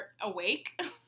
awake